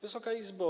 Wysoka Izbo!